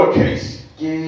case